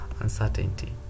uncertainty